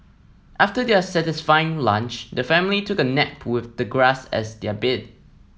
after their satisfying lunch the family took a nap with the grass as their bed